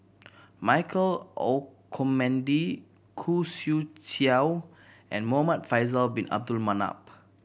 Michael Olcomendy Khoo Swee Chiow and Muhamad Faisal Bin Abdul Manap